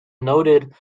noted